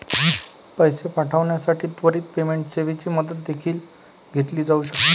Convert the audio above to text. पैसे पाठविण्यासाठी त्वरित पेमेंट सेवेची मदत देखील घेतली जाऊ शकते